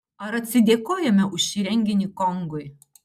ar atsidėkojame už šį renginį kongui